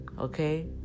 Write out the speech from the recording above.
Okay